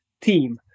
team